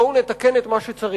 בואו נתקן את מה שצריך,